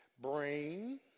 brain